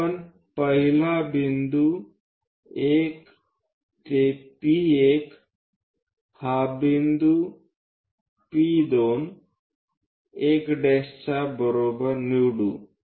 आपण पहिला बिंदू 1 ते P1 हा बिंदू P2 1' च्या बरोबर निवडू